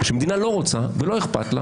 כאשר מדינה לא רוצה ולא אכפת לה